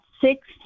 six